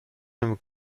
نمی